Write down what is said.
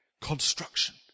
construction